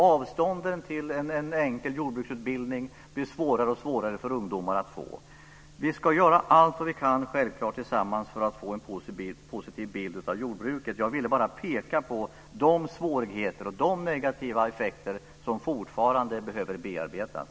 Avstånden gör att en enkel jordbruksutbildning blir svårare och svårare för ungdomar att få. Vi ska självklart göra allt vi kan tillsammans för att få en positiv bild av jordbruket. Jag ville bara peka på de svårigheter och de negativa effekter som fortfarande behöver bearbetas.